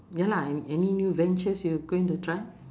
ya lah a~ any new ventures you're going to try